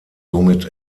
somit